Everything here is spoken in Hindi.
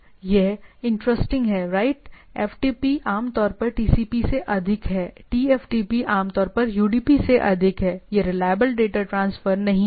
यह इंटरेस्टिंग है राइट एफटीपी आमतौर पर TCP से अधिक है टीएफटीपी आमतौर पर UDP से अधिक है यह रिलाएबल ट्रांसफर नहीं है